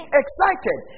excited